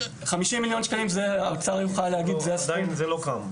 50,000,000 שקלים זה הסכום שמשרד האוצר --- זה עוד לא קרה.